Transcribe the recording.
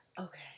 Okay